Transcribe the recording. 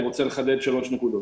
אני רוצה לחדד שלוש נקודות.